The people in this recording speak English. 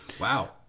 Wow